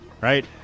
right